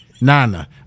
Nana